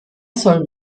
soll